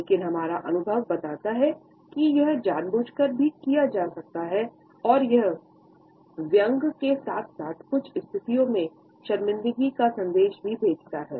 लेकिन हमारा अनुभव बताता है कि यह जानबूझकर भी किया जा सकता है और यह व्यंग्य के साथ साथ कुछ स्थितियों में शर्मिंदगी का संदेश भी भेजता है